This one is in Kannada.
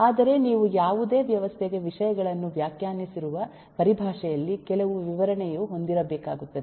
ಆದರೆ ನೀವು ಯಾವುದೇ ವ್ಯವಸ್ಥೆಗೆ ವಿಷಯಗಳನ್ನು ವ್ಯಾಖ್ಯಾನಿಸಿರುವ ಪರಿಭಾಷೆಯಲ್ಲಿ ಕೆಲವು ವಿವರಣೆಯು ಹೊಂದಿರಬೇಕಾಗುತ್ತದೆ